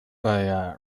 via